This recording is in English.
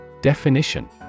Definition